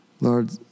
Lord